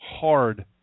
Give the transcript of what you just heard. hard